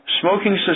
smoking